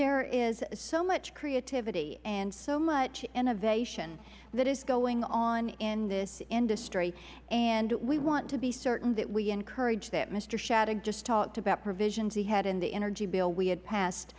there is so much creativity and so much innovation that is going on in this industry and we want to be certain that we encourage that mister shadegg just talked about a provision he had in the energy bill we had passed